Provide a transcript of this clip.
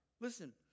Listen